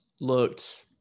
looked –